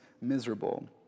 Miserable